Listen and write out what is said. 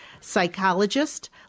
psychologist